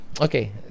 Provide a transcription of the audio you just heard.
Okay